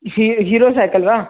ही Hero cycle वा